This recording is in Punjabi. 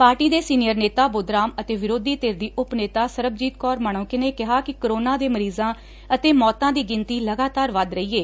ਪਾਰਟੀ ਦੇ ਸੀਨੀਅਰ ਨੇਤਾ ਬੁੱਧਵਾਰ ਅਤੇ ਵਿਰੋਧੀ ਧਿਰ ਦੀ ਉੱਪ ਨੇਤਾ ਸਰਬਜੀਤ ਕੌਰ ਮਾਣੁਕੇ ਨੇ ਕਿਹਾ ਕਿ ਕੋਰੋਨਾ ਦੇ ਮਰੀਜਾਂ ਅਤੇ ਮੌਤਾਂ ਦੀ ਗਿਣਤੀ ਲਗਾਤਾਰ ਵਧ ਰਹੀ ਏ